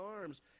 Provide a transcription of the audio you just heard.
arms